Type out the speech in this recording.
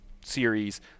series